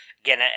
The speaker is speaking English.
Again